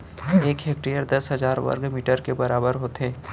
एक हेक्टर दस हजार वर्ग मीटर के बराबर होथे